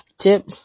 tip